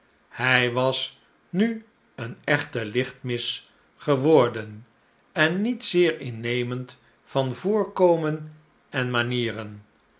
hij was nu een echte lichtmis geworden en niet zeer innemend van voorkomen en manieren